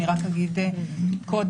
אני רק אגיד קודם,